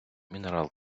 мінерал